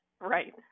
right